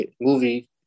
movie